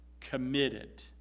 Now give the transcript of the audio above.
committed